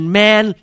man